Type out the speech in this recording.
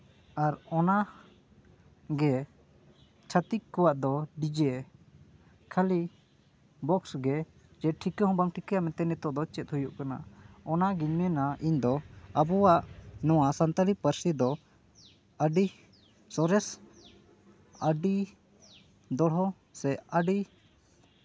ᱟᱨ ᱚᱱᱟ ᱜᱮ ᱪᱷᱟᱹᱛᱤᱠ ᱠᱚᱣᱟᱜ ᱫᱚ ᱰᱤᱡᱮ ᱠᱷᱟᱹᱞᱤ ᱵᱚᱠᱥ ᱜᱮ ᱡᱮ ᱴᱷᱤᱠᱟᱹ ᱦᱚᱸ ᱵᱟᱝ ᱴᱷᱤᱠᱟᱹᱜᱼᱟ ᱡᱮ ᱱᱤᱛᱳᱜ ᱫᱚ ᱪᱮᱫ ᱦᱩᱭᱩᱜ ᱠᱟᱱᱟ ᱚᱱᱟᱜᱤᱧ ᱢᱮᱱᱟ ᱤᱧ ᱫᱚ ᱟᱵᱚᱣᱟᱜ ᱱᱚᱣᱟ ᱥᱟᱱᱛᱟᱞᱤ ᱯᱟᱹᱨᱥᱤ ᱫᱚ ᱟᱹᱰᱤ ᱥᱚᱨᱮᱥ ᱟᱹᱰᱤ ᱫᱚᱲᱦᱚ ᱥᱮ ᱟᱹᱰᱤ